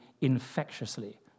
infectiously